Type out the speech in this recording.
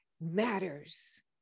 matters